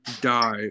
die